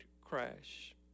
crash